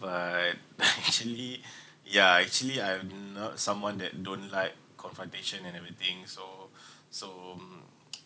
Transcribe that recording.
but actually ya actually I am not someone that don't like confrontation and everything so so mm